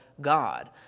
God